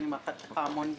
אני מאחלת לך המון בהצלחה,